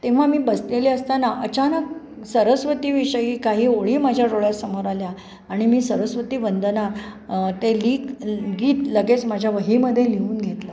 तेव्हा मी बसलेले असताना अचानक सरस्वतीविषयी काही ओळी माझ्या डोळ्यासमोर आल्या आणि मी सरस्वती वंदना ते लित गीत लगेच माझ्या वहीमध्ये लिहून घेतलं